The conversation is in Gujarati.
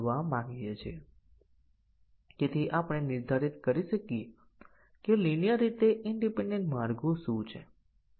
હું પહેલી કન્ડીશન ને સાચી અને બીજી ખોટી સેટ કરી શકું છું